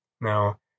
Now